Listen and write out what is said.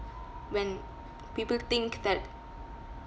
when people think that